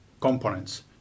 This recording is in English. components